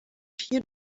few